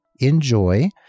enjoy